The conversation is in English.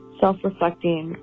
self-reflecting